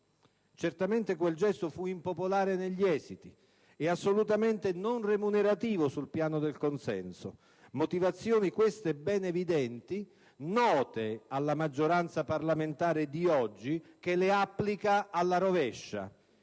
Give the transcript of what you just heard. Certamente, quel gesto fu impopolare negli esiti e assolutamente non remunerativo sul piano del consenso. Motivazioni queste ben evidenti e note alla maggioranza parlamentare di oggi, che le applica alla rovescia: